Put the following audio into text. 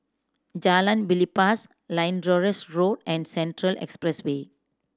Jalan Belibas Lyndhurst Road and Central Expressway